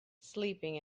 sleeping